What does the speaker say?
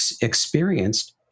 experienced